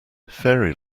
fairy